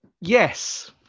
Yes